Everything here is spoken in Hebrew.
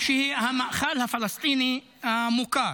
המאכל הפלסטיני המוכר.